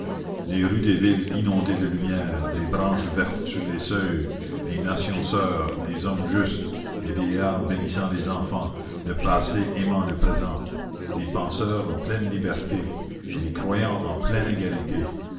les rues des villes inondées de lumières des branches vertes sur les seuils les nations soeurs les hommes justes les vieillards bénissant les enfants le passé aimant le présent les penseurs en pleine liberté les croyants en pleine égalité